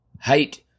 height